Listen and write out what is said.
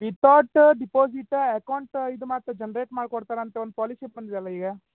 without deposit account ಇದು ಮಾಡ್ತಾರೆ generate ಮಾಡ್ಕೊಡ್ತಾರಂತ ಒಂದು ಪಾಲಿಸಿ ಬಂದಿದಲ್ಲ ಈಗ